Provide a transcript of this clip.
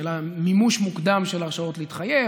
של מימוש מוקדם של הרשאות להתחייב,